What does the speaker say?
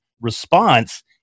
response